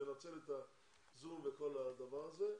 לנצל את הזום וכל הדבר הזה,